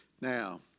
Now